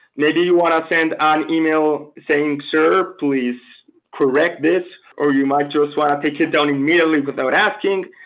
maybe you want to send an email saying, sir, please correct this, or you might just want to take it down immediately without asking.